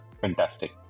Fantastic